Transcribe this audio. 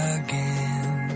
again